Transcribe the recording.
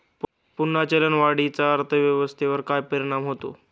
पुन्हा चलनवाढीचा अर्थव्यवस्थेवर काय परिणाम होतो